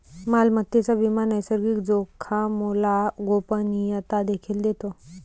मालमत्तेचा विमा नैसर्गिक जोखामोला गोपनीयता देखील देतो